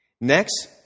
Next